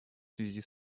связи